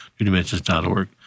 NewDimensions.org